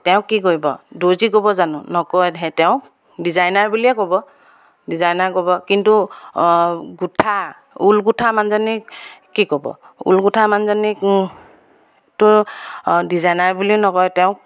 তেওঁক কি কৰিব দৰ্জী ক'ব জানো নকয় তেওঁক ডিজাইনাৰ বুলিয়ে ক'ব ডিজাইনাৰ ক'ব কিন্তু গোঁঠা ঊল গোঁঠা মানুহজনীক কি ক'ব ঊল গোঠা মানুহজনীকটো ডিজাইনাৰ বুলিয়ে নকয় তেওঁক